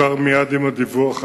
חוקק ביוזמתי חוק הרשויות המקומיות (מנהל מחלקת חינוך).